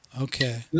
Okay